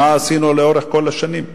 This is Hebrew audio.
מה עשינו לאורך כל השנים?